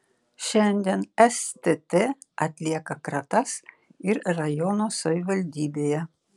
šiandien stt atlieka kratas ir rajono savivaldybėje